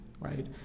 right